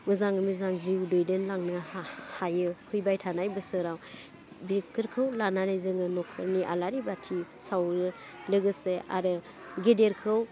मोजाङै मोजां जिउ दैदेनलांनो हायो फैबाय थानाय बोसोराव बेफोरखौ लानानै जोङो न'खरनि आलारि बाथि सावो लोगोसे आरो गेदेरखौ